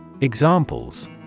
Examples